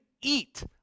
eat